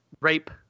rape